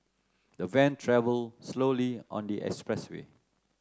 the van travel slowly on the express way